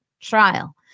trial